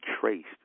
traced